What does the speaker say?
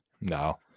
No